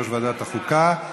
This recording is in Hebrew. יושב-ראש ועדת החוקה,